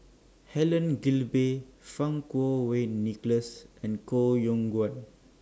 Helen Gilbey Fang Kuo Wei Nicholas and Koh Yong Guan